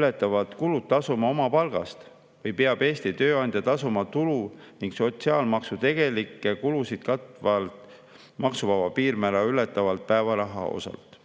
ületavad kulud tasuma oma palgast või peab Eesti tööandja tasuma tulu‑ ning sotsiaalmaksu tegelikke kulusid katvalt maksuvaba piirmäära ületavalt päevaraha osalt.